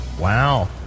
Wow